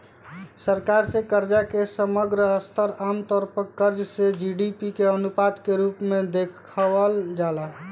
सरकार से कर्जा के समग्र स्तर आमतौर पर कर्ज से जी.डी.पी के अनुपात के रूप में देखावल जाला